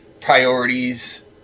priorities